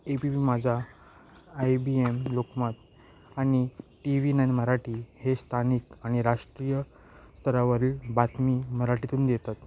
APB Majha IBN Lokmat आणि T V nine Marathi हे स्थानिक आणि राष्ट्रीय स्तरावरील बातमी मराठीतून देतात